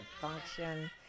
function